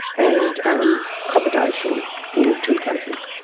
and um accommodation in two places.